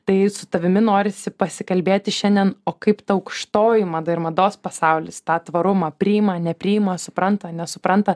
tai su tavimi norisi pasikalbėti šiandien o kaip ta aukštoji mada ir mados pasaulis tą tvarumą priima nepriima supranta nesupranta